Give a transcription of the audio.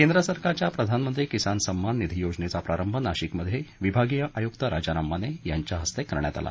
केंद्र सरकारच्या पंतप्रधान किसान सन्मान निधी योजनेचा प्रारंभ नाशिक मध्ये विभागीय आयुक्त राजाराम माने यांच्या हस्ते करण्यात आला